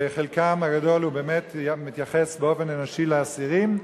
וחלקם הגדול באמת מתייחס באופן אנושי לאסירים,